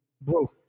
Bro